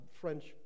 French